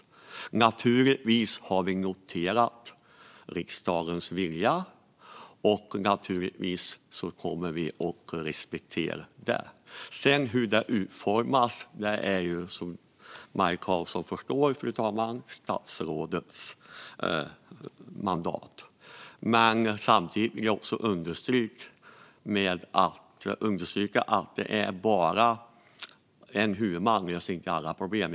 Vi har naturligtvis noterat riksdagens vilja, och naturligtvis kommer vi att respektera den. Hur det sedan utformas är som Maj Karlsson förstår, fru talman, statsrådets mandat. Jag vill samtidigt understryka att en huvudman inte löser alla problem.